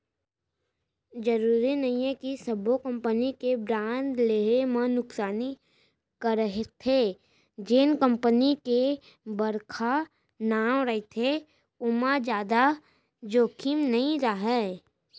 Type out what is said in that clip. जरूरी नइये कि सब्बो कंपनी के बांड लेहे म नुकसानी हरेथे, जेन कंपनी के बड़का नांव रहिथे ओमा जादा जोखिम नइ राहय